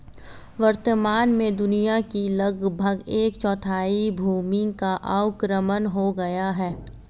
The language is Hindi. वर्तमान में दुनिया की लगभग एक चौथाई भूमि का अवक्रमण हो गया है